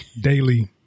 Daily